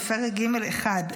בפרק ג1,